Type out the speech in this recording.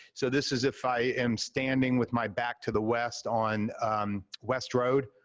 so this is if i am standing with my back to the west on west road,